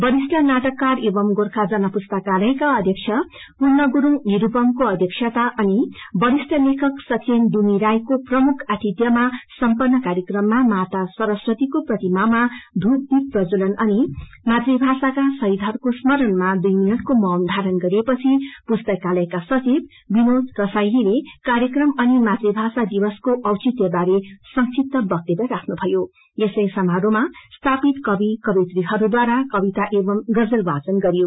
वरिष्ठ नाबककार एवं गोर्खा जन पुस्तकालयका अध्यक्ष पूर्ण गुरूङ निरूपमको अध्कता अनि वरिष्ठ लेखक सचेन दुमी राईको प्रमुख अतिथ्यिमा सम्पन्न कार्यक्रममा माता सरस्वतीको प्रतिमामा धूप दीप प्रञ्ज्वलन अनि ामतृभाषाका शहीदहरूको स्मरणमा दुई मिनटाके मौन धारण गरिएपछि पुस्मतकालकया सचिव विनोद रसाईलीले कार्यक्रम अनि मातृभाषा दिवसको अौचित्य बारे संक्षिप्त वक्तव्य राख्नु भएपछि स्थापित कवि कवयित्रीहरूद्वारा कविता एवं गजल वाचन गरियो